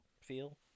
feel